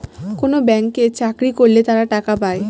কোনো ব্যাঙ্কে চাকরি করলে তারা টাকা পায়